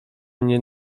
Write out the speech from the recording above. nie